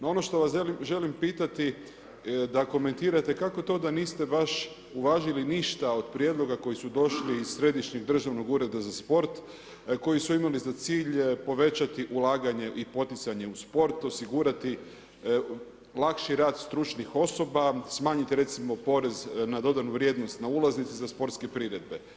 No ono što vas želim pitati da komentirate kako to da niste baš uvažili ništa od prijedloga koji su došli iz Središnjeg državnog ureda za sport, koji su imali za cilj povećati ulaganje i poticanje u sport, osigurati lakši rad stručnih osoba, smanjiti recimo porez na dodanu vrijednost, na ulaznice za sportske priredbe.